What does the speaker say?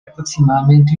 aproximadamente